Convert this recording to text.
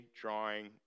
drawing